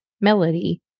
Melody